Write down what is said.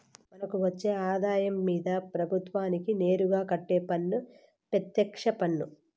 మనకు వచ్చే ఆదాయం మీద ప్రభుత్వానికి నేరుగా కట్టే పన్ను పెత్యక్ష పన్ను